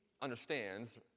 understands